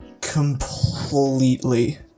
completely